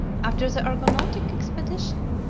after the argonautic expedition,